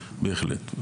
בהחלט.